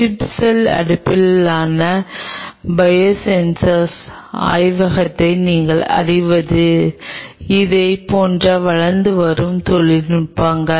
chip cell அடிப்படையிலான பயோசென்சர்களில் ஆய்வகத்தை நீங்கள் அறிவது இவை போன்ற வளர்ந்து வரும் தொழில்நுட்பங்கள்